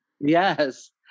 yes